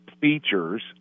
features